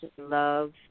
Love